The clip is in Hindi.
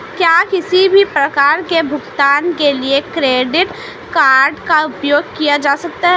क्या किसी भी प्रकार के भुगतान के लिए क्रेडिट कार्ड का उपयोग किया जा सकता है?